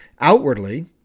outwardly